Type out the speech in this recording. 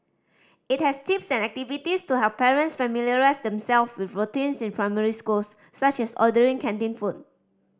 it has tips and activities to help parents familiarise themself with routines in primary schools such as ordering canteen food